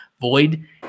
void